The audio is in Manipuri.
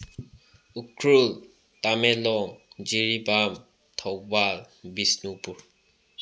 ꯎꯈ꯭ꯔꯨꯜ ꯇꯃꯦꯡꯂꯣꯡ ꯖꯤꯔꯤꯕꯥꯝ ꯊꯧꯕꯥꯜ ꯕꯤꯁꯅꯨꯄꯨꯔ